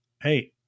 Hey